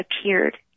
appeared